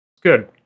good